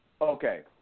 Okay